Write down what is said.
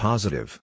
Positive